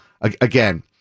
again